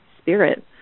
spirit